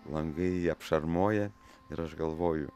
langai apšarmoję ir aš galvoju